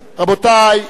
רבותי,